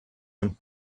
them